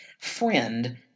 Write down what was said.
Friend